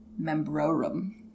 membrorum